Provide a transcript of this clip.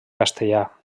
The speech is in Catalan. castellà